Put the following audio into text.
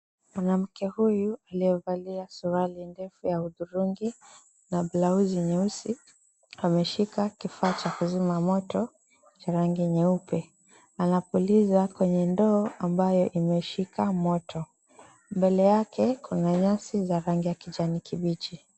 Mwanamke huyu, aliyevalia suruali ndefu ya udhurungi na blauzi nyeusi, ameshika kifaa cha kuzima moto cha rangi nyeupe. Anapuliza kwenye ndoo ambayo imeshika moto. Mbele yake kuna nyasi za rangi ya kijani kibichi.